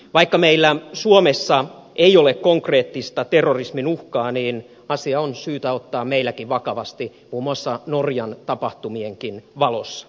vaikka meillä suomessa ei ole konkreettista terrorismin uhkaa asia on syytä ottaa meilläkin vakavasti muun muassa norjan tapahtumienkin valossa